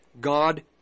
God